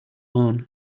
lawn